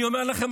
אני אומר לכם,